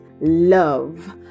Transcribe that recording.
love